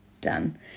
done